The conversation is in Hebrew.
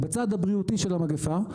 בצד הבריאותי של המגפה,